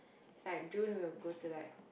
it's like June we will go to like